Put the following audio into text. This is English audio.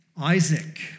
Isaac